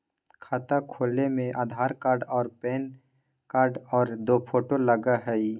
खाता खोले में आधार कार्ड और पेन कार्ड और दो फोटो लगहई?